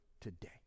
today